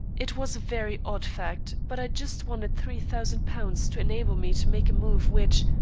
it was a very odd fact, but i just wanted three thousand pounds to enable me to make a move which,